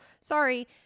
sorry